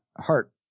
heart